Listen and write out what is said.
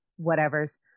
whatevers